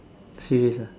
serious ah